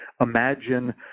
imagine